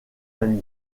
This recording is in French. ami